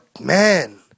man